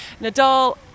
Nadal